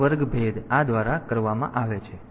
તેથી તે મુજબ આ વર્ગ ભેદ આ દ્વાર કરવામાં આવે છે